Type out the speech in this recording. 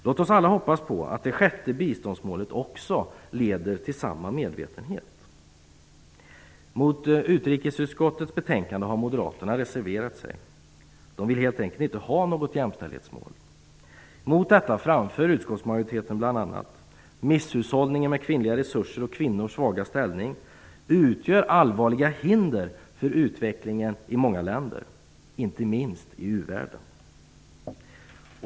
Låt oss alla hoppas på att det sjätte biståndsmålet också leder till samma medvetenhet. Mot utrikesutskottets betänkande har moderaterna reserverat sig. De vill helt enkelt inte ha något jämställdhetsmål. Mot detta framför utskottsmajoriteten bl.a. att misshushållningen med kvinnliga resurser och kvinnors svaga ställning utgör allvarliga hinder för utvecklingen i många länder, inte minst i u-världen.